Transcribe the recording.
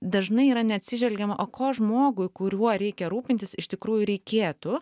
dažnai yra neatsižvelgiama o ko žmogui kuriuo reikia rūpintis iš tikrųjų reikėtų